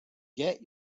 get